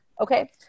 Okay